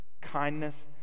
kindness